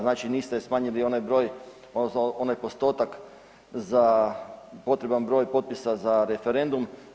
Znači niste smanjili onaj broj odnosno onaj postotak za potreban broj potpisa za referendum.